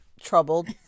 troubled